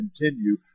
continue